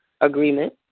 agreement